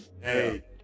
Hey